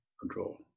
control